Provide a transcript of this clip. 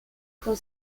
con